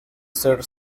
ser